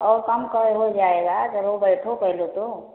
और कम का हो जाएगा चलो बैठो पहले तो